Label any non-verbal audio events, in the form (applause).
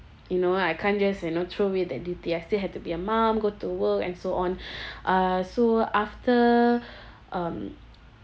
you know I can't just you know throw away that duty I still had to be a mum go to work and so on (breath) uh so after um